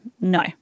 No